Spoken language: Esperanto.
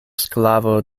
sklavo